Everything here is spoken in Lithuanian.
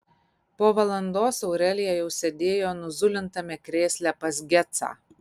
po valandos aurelija jau sėdėjo nuzulintame krėsle pas gecą